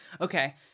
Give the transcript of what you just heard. Okay